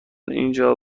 اینجا